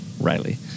Riley